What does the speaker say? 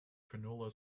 cronulla